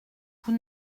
vous